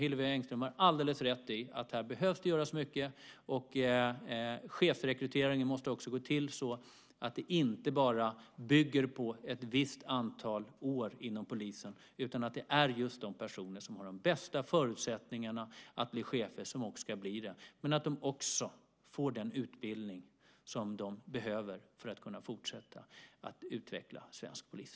Hillevi Engström har alldeles rätt i att det behöver göras mycket här. Chefsrekryteringen måste också gå till så att den inte bara bygger på ett visst antal år inom polisen, utan att det är just de personer som har de bästa förutsättningarna att bli chefer som ska bli det. De ska också få den utbildning som de behöver för att kunna fortsätta att utveckla svensk polis.